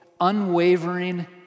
unwavering